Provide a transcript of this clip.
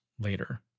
later